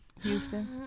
Houston